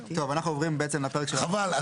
חבל,